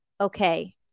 okay